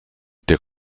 der